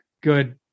good